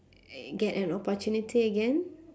uh get an opportunity again